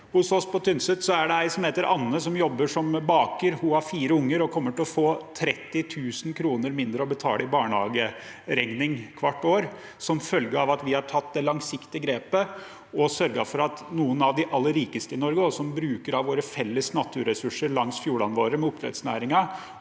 Hos oss på Tynset er det ei som heter Anne, som jobber som baker. Hun har fire unger og kommer til å få 30 000 kr mindre å betale i barnehageregning hvert år som følge av at vi har tatt det langsiktige grepet og sørget for at noen av de aller rikeste i Norge, som bruker av våre felles naturressurser langs fjordene våre – oppdrettsnæringen